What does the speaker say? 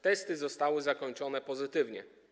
Testy zostały zakończone pozytywnie.